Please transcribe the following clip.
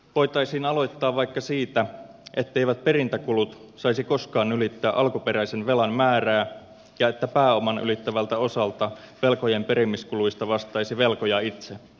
voitaisiin aloittaa vaikka siitä etteivät perintäkulut saisi koskaan ylittää alkuperäisen velan määrää ja että pääoman ylittävältä osalta velkojen perimiskuluista vastaisi velkoja itse